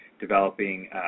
developing